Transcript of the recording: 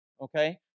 okay